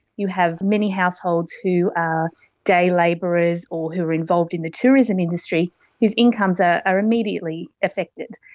you have many households who are day labourers or who are involved in the tourism industry whose incomes ah are immediately affected.